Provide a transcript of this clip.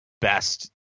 best